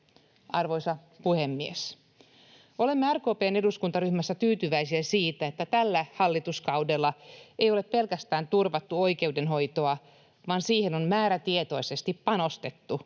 Arvoisa puhemies! Olemme RKP:n eduskuntaryhmässä tyytyväisiä siihen, että tällä hallituskaudella ei ole pelkästään turvattu oikeudenhoitoa vaan siihen on määrätietoisesti panostettu